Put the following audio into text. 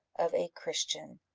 of a christian.